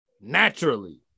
naturally